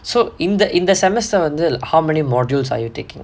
so இந்த இந்த:intha intha semester வந்து:vanthu how many modules are you taking